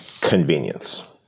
convenience